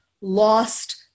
lost